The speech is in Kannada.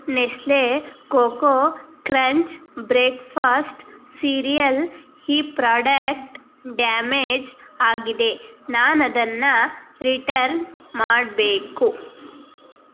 Nestle Koko Krunch breakfast cereal ಈ ಪ್ರಾಡಕ್ಟ್ ಡ್ಯಾಮೇಜ್ ಆಗಿದೆ ನಾನದನ್ನು ರಿಟರ್ನ್ ಮಾಡಬೇಕು